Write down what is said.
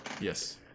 yes